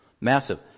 massive